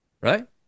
right